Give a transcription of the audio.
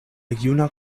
juna